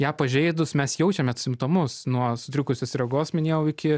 ją pažeidus mes jaučiamia simptomus nuo sutrikusios regos minėjau iki